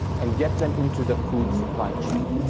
and get them into the food supply chain,